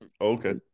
Okay